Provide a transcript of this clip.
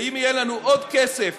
ואם יהיה לנו עוד כסף